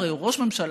הרי הוא ראש ממשלה,